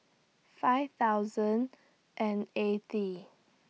five thousand and eighty